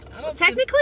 Technically